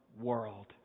world